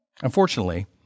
Unfortunately